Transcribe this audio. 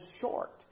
short